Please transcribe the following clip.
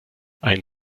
ein